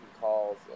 calls